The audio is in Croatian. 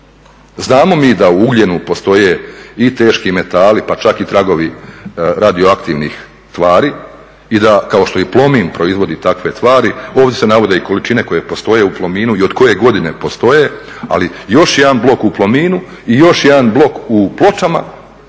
Znamo mi da u ugljenu postoje i teški metali pa čak i tragovi radioaktivnih tvari i da kao što i Plomin proizvodi takve tvari ovdje se navode i količine koje postoje u Plominu i od koje godine postoje ali još jedan blok u Plominu i još jedan blok u Pločama